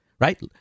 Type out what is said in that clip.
right